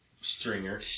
Stringer